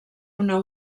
una